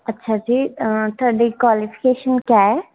ਅੱਛਾ ਜੀ ਤੁਹਾਡੀ ਕੁਆਲੀਫਿਕੇਸ਼ਨ ਕਿਆ ਏ